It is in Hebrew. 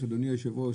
אדוני היושב-ראש,